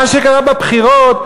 מה שקרה בבחירות,